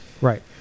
Right